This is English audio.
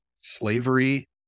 slavery